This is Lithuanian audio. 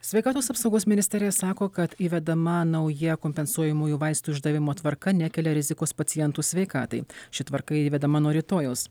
sveikatos apsaugos ministerija sako kad įvedama nauja kompensuojamųjų vaistų išdavimo tvarka nekelia rizikos pacientų sveikatai ši tvarka įvedama nuo rytojaus